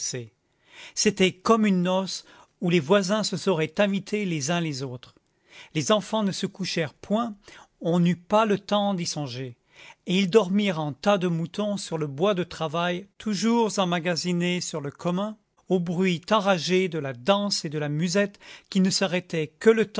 c'était comme une noce où les voisins se seraient invités les uns les autres les enfants ne se couchèrent point on n'eut pas le temps d'y songer et ils dormirent en tas de moutons sur le bois de travail toujours emmagasiné sur le commun au bruit enragé de la danse et de la musette qui ne s'arrêtait que le temps